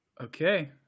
Okay